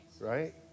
Right